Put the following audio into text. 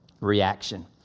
reaction